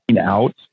out